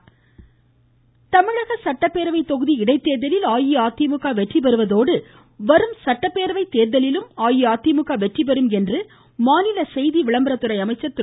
கடம்பூர் ராஜு சட்டப்பேரவை தொகுதி இடைத்தேர்தலில் தமிழக அஇஅதிமுக வெற்றி பெறுவதோடு வரும் சட்டப்பேரவை தேர்தலிலும் அஇஅதிமுக வெற்றிபெறும் என்று மாநில செய்தி விளம்பரத்துறை அமைச்சர் திரு